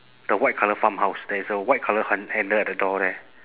the white colour farmhouse there is a white colour han~ handle at the door there